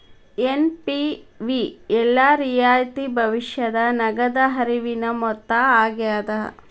NPV ಎಲ್ಲಾ ರಿಯಾಯಿತಿ ಭವಿಷ್ಯದ ನಗದ ಹರಿವಿನ ಮೊತ್ತ ಆಗ್ಯಾದ